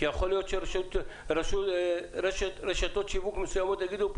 כי יכול להיות שרשתות שיווק מסוימות יגידו,